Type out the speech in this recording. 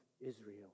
Israel